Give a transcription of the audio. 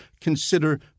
consider